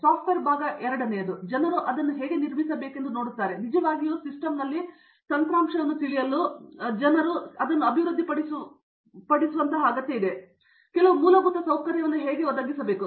software ಭಾಗದಲ್ಲಿ ಎರಡನೆಯದು ಜನರು ಹೇಗೆ ನಿರ್ಮಿಸಬೇಕೆಂಬುದನ್ನು ನೋಡುತ್ತಿದ್ದಾರೆ ನಿಜವಾಗಿ ಸಿಸ್ಟಮ್ನಲ್ಲಿ ತಂತ್ರಾಂಶವನ್ನು ತಿಳಿಯಲು ಜನರು ನಿಮ್ಮನ್ನು ಅಭಿವೃದ್ಧಿಪಡಿಸುವಂತಹ ಕೆಲವು ಮೂಲಭೂತ ಸೌಕರ್ಯವನ್ನು ಹೇಗೆ ಒದಗಿಸಬೇಕು